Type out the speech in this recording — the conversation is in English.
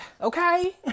Okay